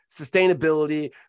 sustainability